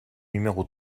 numéro